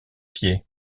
pieds